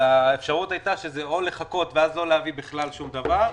האפשרות היתה שזה או לחכות ואז לא להביא בכלל שום דבר,